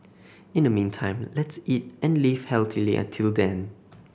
in the meantime let's eat and live healthily until then